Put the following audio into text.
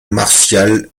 martial